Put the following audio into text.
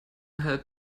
help